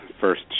first